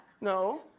no